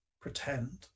pretend